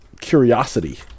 curiosity